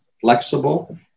flexible